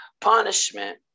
punishment